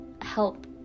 help